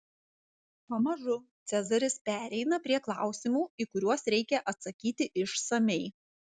pamažu cezaris pereina prie klausimų į kuriuos reikia atsakyti išsamiai